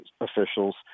officials